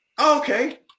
Okay